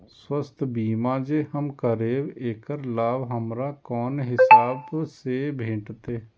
स्वास्थ्य बीमा जे हम करेब ऐकर लाभ हमरा कोन हिसाब से भेटतै?